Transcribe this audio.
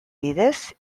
bidez